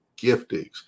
giftings